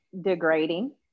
degrading